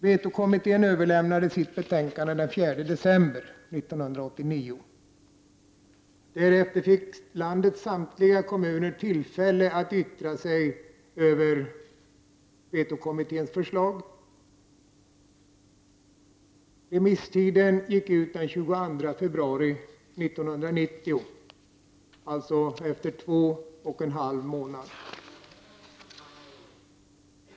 Vetokommittén överlämnade sitt betänkande den 4 december 1989. Därefter fick landets samtliga kommuner tillfälle att yttra sig över kommitténs förslag. Remisstiden utgick den 22 februari 1990, dvs. efter två och en halv månad.